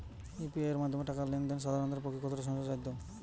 UPI এর মাধ্যমে টাকা লেন দেন সাধারনদের পক্ষে কতটা সহজসাধ্য?